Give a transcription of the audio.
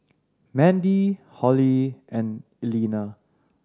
Mandie Hollie and Elena